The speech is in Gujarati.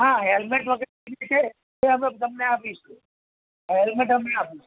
હા હેલમેટ વગેરે જે છે એ અમે તમને આપીશું હેલમેટ અમે આપીશું